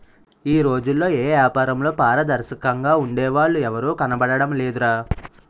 ఈ రోజుల్లో ఏపారంలో పారదర్శకంగా ఉండే వాళ్ళు ఎవరూ కనబడడం లేదురా